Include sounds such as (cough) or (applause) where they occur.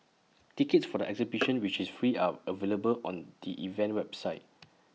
(noise) tickets for the exhibition which is free are available on the event's website